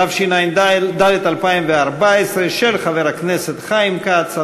התשע"ד 2014, של חבר הכנסת חיים כץ.